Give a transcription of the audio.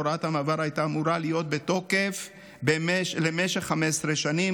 הוראת המעבר הייתה אמורה להיות בתוקף למשך 15 שנים,